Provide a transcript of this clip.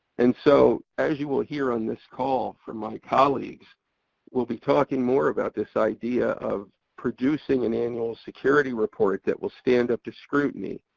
and so as you will hear on this call from my colleagues we'll be talking more about this idea of producing an annual security report that will stand up to scrutiny.